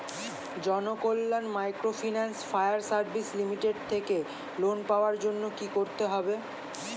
Janakalyan microfinance fire service limited থেকে loan পাওয়ার জন্য কি করতে হবে?